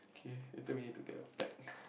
okay later we need to get a pack